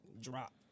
Drop